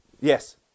yes